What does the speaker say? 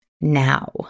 Now